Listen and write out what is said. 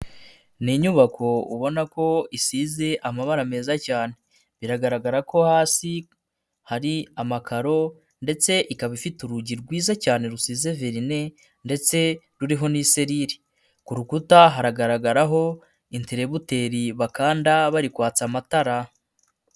Ni inyubako ubona ko isize amabara meza cyane. Biragaragara ko hasi hari amakaro ndetse ikaba ifite urugi rwiza cyane rusize verine ndetse ruriho n'iserire. Ku rukuta haragaragaraho interebuteri bakanda bari kwatsa amatara.